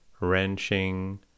wrenching